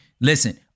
listen